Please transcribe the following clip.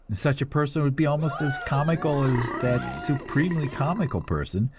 such a person would be almost as comical as that supremely comical person,